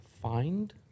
Find